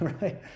right